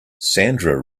sandra